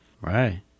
Right